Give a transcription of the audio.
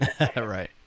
right